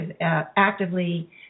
actively